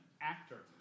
actor